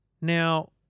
Now